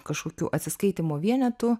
kažkokiu atsiskaitymo vienetu